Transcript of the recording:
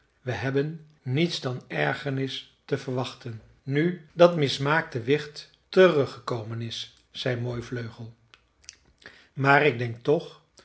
we hebben niets dan ergernis te verwachten nu dat mismaakte wicht terug gekomen is zei mooivleugel maar ik denk toch